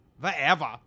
Forever